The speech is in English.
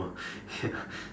ya